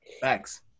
Thanks